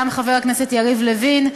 גם חבר הכנסת יריב לוין,